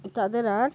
তাদের আর